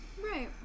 Right